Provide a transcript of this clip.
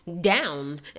down